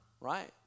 right